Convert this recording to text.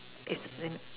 is in